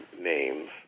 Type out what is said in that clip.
names